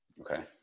Okay